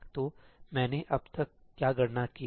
तो मैंने अब तक क्या गणना की है